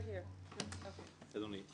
אדוני,